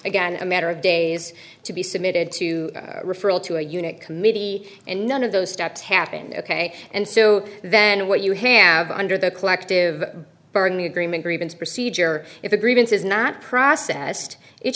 again a matter of days to be submitted to referral to a unit committee and none of those steps happen ok and so then what you have under the collective bargaining agreement grievance procedure if a grievance is not processed it